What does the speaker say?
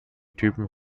typen